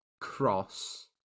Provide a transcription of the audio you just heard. cross